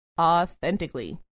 Authentically